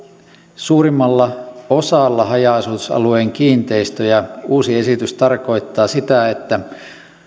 suurimmalla osalla haja asutusalueen kiinteistöjä uusi esitys tarkoittaa sitä että